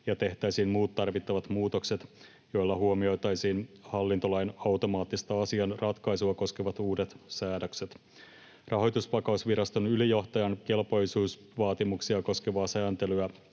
ja tehtäisiin muut tarvittavat muutokset, joilla huomioitaisiin hallintolain automaattista asian ratkaisua koskevat uudet säädökset. Rahoitusvakausviraston ylijohtajan kelpoisuusvaatimuksia koskevaa sääntelyä